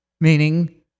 meaning